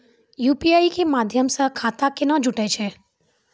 UPI के माध्यम से खाता केना जुटैय छै?